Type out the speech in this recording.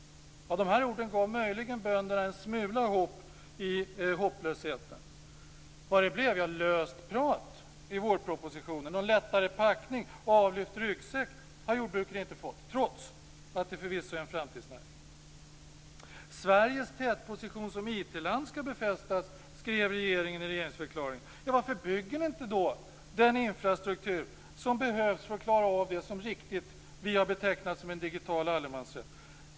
De här orden gav möjligen bönderna en smula hopp i hopplösheten. Vad blev det? Jo, löst prat i vårpropositionen. Någon lättare packning och avlyft ryggsäck har jordbruket inte fått, trots att det förvisso är en framtidsnäring. Sveriges tätposition som IT-land skall befästas skrev regeringen i regeringsförklaringen. Varför bygger ni inte då den infrastruktur som behövs för att klara av det som vi så riktigt har betecknat som en digital allemansrätt?